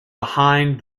behind